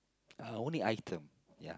uh only item ya